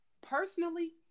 personally